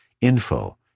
info